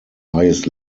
highest